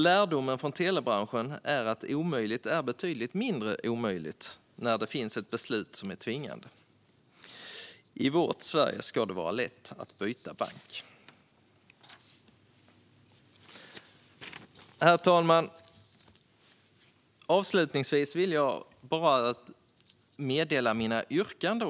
Lärdomen från telebranschen är alltså att "omöjligt" är betydligt mindre omöjligt när det finns ett beslut som är tvingande. I vårt Sverige ska det vara lätt att byta bank. Herr talman! Avslutningsvis vill jag göra mina yrkanden.